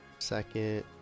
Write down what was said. Second